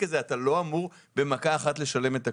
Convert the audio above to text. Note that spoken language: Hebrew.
אתה לא אמור במכה אחת לשלם את הכול.